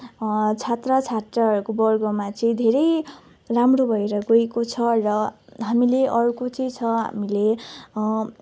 छात्र छात्राहरूको वर्गमा चाहिँ धेरै राम्रो भएर गएको छ र हामीले अर्को चाहिँ छ हामीले